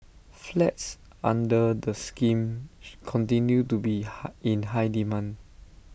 flats under the scheme continue to be high in high demand